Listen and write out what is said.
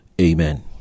amen